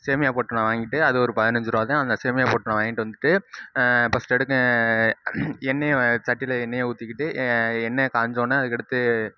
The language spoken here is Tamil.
சேமியா பொட்டலம் வாங்கிகிட்டு அது ஒரு பதினஞ்சு ரூபா தான் அந்த சேமியா பொட்டலம் வாங்கிகிட்டு வந்துவிட்டு ஃபர்ஸ்ட்டு எடுத்து எண்ணெயை சட்டியில் எண்ணெயை ஊற்றிக்கிட்டு எண்ணெய் காய்ஞ்சவொன்னே அதுக்கடுத்து